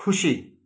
खुसी